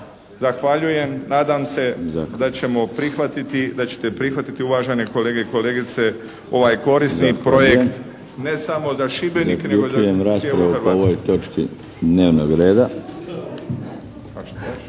prihvatiti, da ćete prihvatiti uvažene kolege i kolegice ovaj korisni projekt ne samo za Šibenik nego za cijelu Hrvatsku.